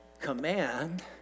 command